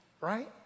right